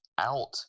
out